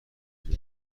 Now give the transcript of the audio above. همه